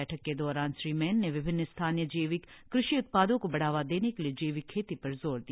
बैठक के दौरान श्री मैन ने विभिन्न स्थानीय जैविक कृषि उत्पादों को बढ़ावा देने के लिए जैविक खेती पर जोर दिया